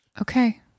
Okay